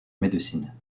médecine